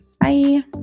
Bye